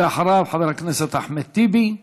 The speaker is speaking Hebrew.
ואחריו, חבר הכנסת אחמד טיבי.